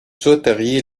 souhaiteriez